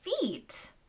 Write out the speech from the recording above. feet